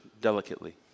delicately